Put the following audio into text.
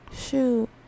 Shoot